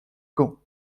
gand